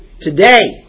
today